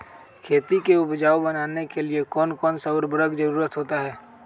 खेती को उपजाऊ बनाने के लिए कौन कौन सा उर्वरक जरुरत होता हैं?